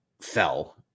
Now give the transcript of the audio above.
fell